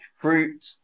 fruit